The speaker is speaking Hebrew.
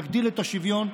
נגדיל את השוויון.